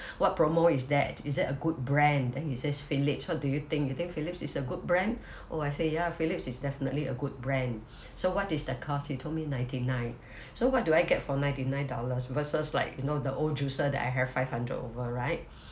what promo is that is that a good brand then he says philips what do you think you think philips is a good brand oh I say ya philips is definitely a good brand so what is the cost he told me ninety nine so what do I get for ninety nine dollars versus like you know the old juicer that I have five hundred over right